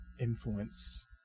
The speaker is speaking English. influence